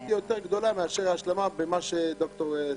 תהיה גדולה יותר מההשלמה שאמר ד"ר סטי.